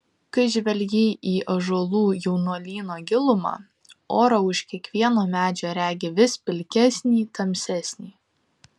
kai žvelgi į ąžuolų jaunuolyno gilumą orą už kiekvieno medžio regi vis pilkesnį tamsesnį